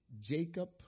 Jacob